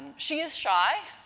she is shy.